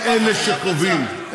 הם אלה שקובעים.